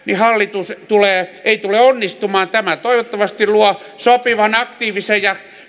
niin hallitus ei tule onnistumaan tämä toivottavasti luo sopivan aktiivisen ja